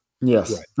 Yes